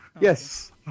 Yes